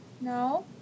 No